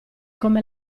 come